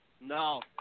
No